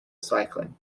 cycling